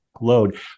load